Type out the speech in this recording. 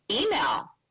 email